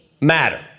matter